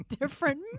different